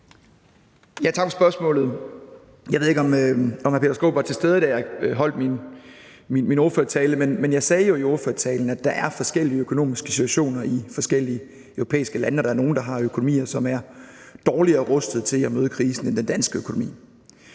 Tak for spørgsmålet. Jeg ved ikke, om hr. Peter Skaarup var til stede, da jeg holdt min ordførertale, men jeg sagde jo i ordførertalen, at der er forskellige økonomiske situationer i forskellige europæiske lande. Der er nogle, der har økonomier, som er dårligere rustet til at møde krisen end den danske økonomi.